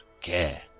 care